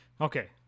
Okay